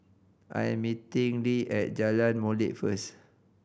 I am meeting Le at Jalan Molek first